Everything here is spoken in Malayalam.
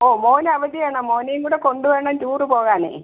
ഓ മോന് അവധി വേണം മോനേം കൂടെ കൊണ്ട് വേണം ടൂറ് പോകാൻ